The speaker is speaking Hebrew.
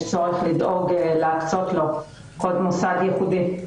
יש צורך לדאוג להקצות לו קוד מוסד ייחודי,